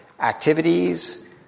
activities